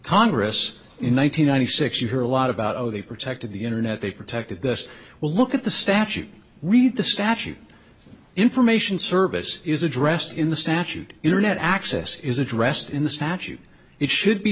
congress in one thousand nine hundred six you hear a lot about how they protected the internet they protected us will look at the statute read the statute information service is addressed in the statute internet access is addressed in the statute it should be